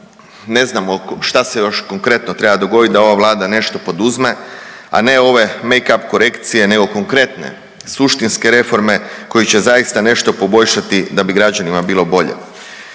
ne znamo što se još konkretno treba dogoditi da ova Vlada nešto poduzme, a ne ove make up korekcije, nego konkretne suštinske reforme koje će zaista nešto poboljšati da bi građanima bilo bolje.